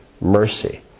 mercy